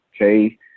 Okay